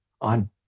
on